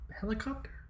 helicopter